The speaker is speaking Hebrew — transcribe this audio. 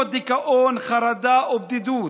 כמו דיכאון, חרדה ובדידות.